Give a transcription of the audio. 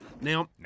Now